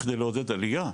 בכדי לעודד עלייה,